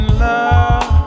love